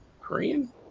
Korean